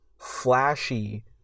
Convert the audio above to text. flashy